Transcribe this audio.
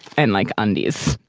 and like undies.